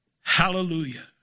hallelujah